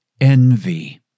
envy